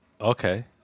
Okay